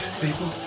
people